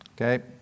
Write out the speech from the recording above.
Okay